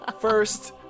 first